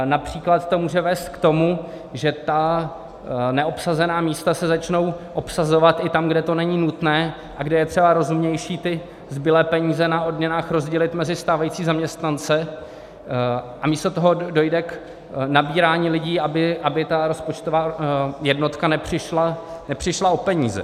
Například to může vést k tomu, že ta neobsazená místa se začnou obsazovat i tam, kde to není nutné a kde je třeba rozumnější ty zbylé peníze na odměnách rozdělit mezi stávající zaměstnance, a místo toho dojde k nabírání lidí, aby ta rozpočtová jednotka nepřišla o peníze.